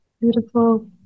Beautiful